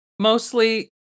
Mostly